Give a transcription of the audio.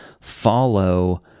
follow